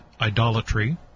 idolatry